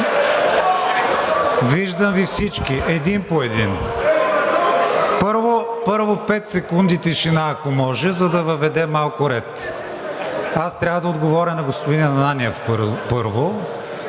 виждам Ви всички, един по един. Първо, пет секунди тишина, ако може, за да въведем малко ред. Аз трябва да отговоря на господин Ананиев, първо,